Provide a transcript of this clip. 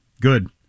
good